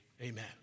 amen